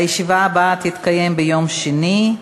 הישיבה הבאה תתקיים ביום שני,